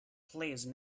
please